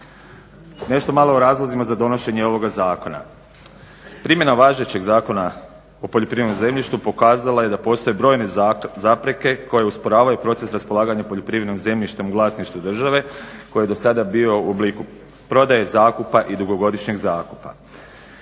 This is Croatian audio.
Nešto malo o razlozima za donošenje ovoga zakona. primjena važećeg Zakona o poljoprivrednom zemljištu pokazala je da postoje brojne zapreke koje usporavaju proces raspolaganja poljoprivrednim zemljištem u vlasništvu države koje je do sada bio u obliku prodaje, zakupa i dugogodišnjeg zakupa.